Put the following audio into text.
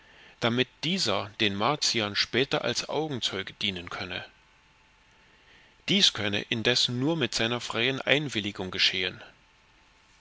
damit dieser den martiern später als augenzeuge dienen könne dies könne indessen nur mit seiner freien einwilligung geschehen